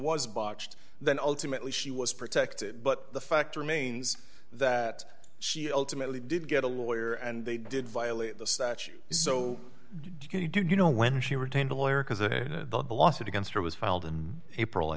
was botched then ultimately she was protected but the fact remains that she ultimately did get a lawyer and they did violate the statute so did you know when she retained a lawyer because of a lawsuit against her was filed in april i